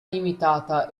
limitata